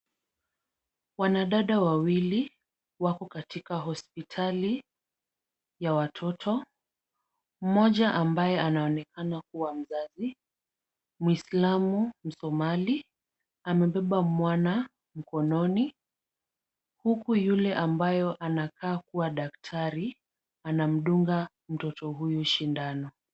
Wanadada wawili wako katika hospitali ya watoto, mmoja ambaye anaonekana kuwa mzazi, Muislamu, Musomali, amebeba mwana mkononi, huku yule ambayo anakaa kuwa daktari anamdunga mtoto huyu sindano.